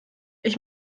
ich